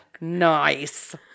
Nice